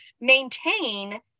maintain